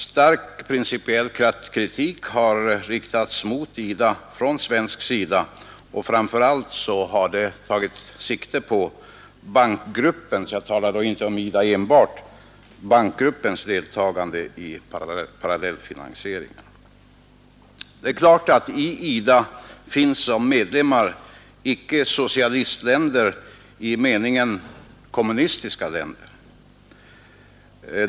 Stark principiell kritik har riktats mot IDA från svensk sida, och framför allt har kritiken tagit sikte på bankgruppens deltagande i parallellfinansieringen. Jag talar då inte enbart om IDA. Det är klart att i IDA finns som medlemmar icke socialistländer i meningen kommunistiska länder.